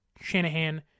Shanahan